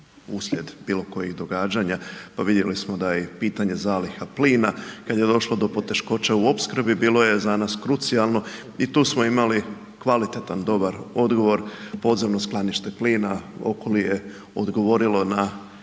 uslijed bilo kojih događanja, pa vidjeli smo da je i pitanje zaliha plina kad je došlo do poteškoća u opskrbi bilo je za nas krucijalno i tu smo imali kvalitetan dobar odgovor, podzemno skladište plina …/Govornik se